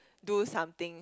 do something